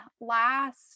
last